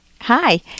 hi